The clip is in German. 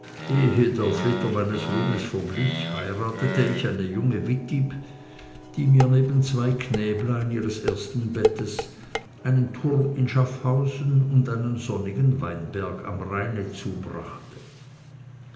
der flitter meines ruhmes verblich heiratete ich eine junge wittib die mir neben zwei knäblein ihres ersten bettes einen turm in schaffhausen und einen sonnigen weinberg am rheine zubrachte